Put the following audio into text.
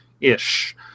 ish